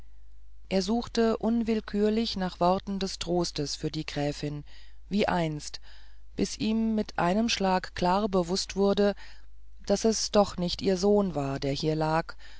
er suchte unwillkürlich nach worten des trostes für die gräfin wie einst bis ihm mit einem schlag klar bewußt wurde daß es doch nicht ihr sohn war der hier lag